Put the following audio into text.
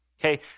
Okay